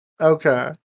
Okay